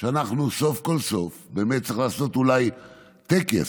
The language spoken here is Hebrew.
שאנחנו סוף-כל-סוף, באמת צריך לעשות אולי טקס,